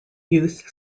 youth